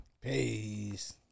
Peace